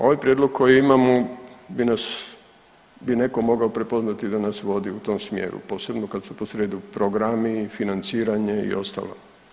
Ovaj prijedlog koji imamo bi neko mogao prepoznati da nas vodi u tom smjeru, posebno kada su posrijedi programi i financiranje i ostalo.